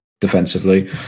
defensively